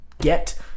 get